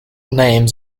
names